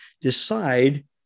decide